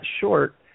short